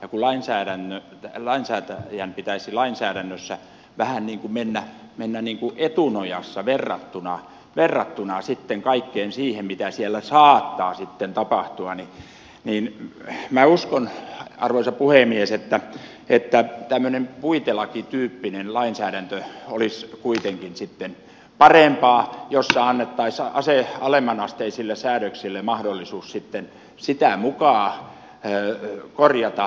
ja kun lainsäätäjän pitäisi lainsäädännössä vähän niin kuin mennä etunojassa verrattuna kaikkeen siihen mitä siellä saattaa sitten tapahtua niin minä uskon arvoisa puhemies että tämmöinen puitelakityyppinen lainsäädäntö olisi kuitenkin sitten parempaa jossa annettaisiin alemmanasteisille säädöksille mahdollisuus sitä mukaa korjata kuin tarve vaatii